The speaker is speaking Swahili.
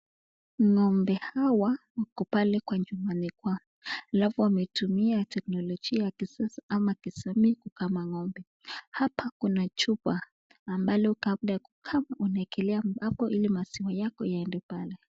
Ngo'mbe hawa wako kwa chumbani kwao alfu anatumia tekinolochia ya kisasa ama kukamua ngo'mbe , hapa Kuna chupa ambalo baada ya kukama wanawekelea hapa hili maziwa Yako iendele pale.